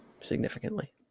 significantly